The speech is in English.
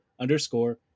underscore